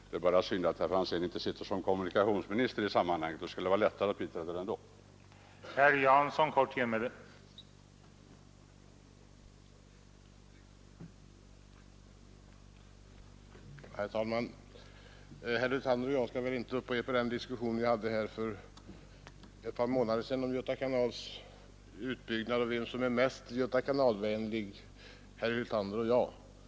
Det är bara synd att herr Franzén inte sitter som kommunikationsminister. Då skulle det vara lättare att biträda förslaget i hopp om att det skulle gå igenom.